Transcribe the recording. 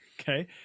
okay